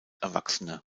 erwachsene